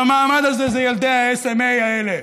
והמעמד הזה זה ילדי ה-SMA האלה,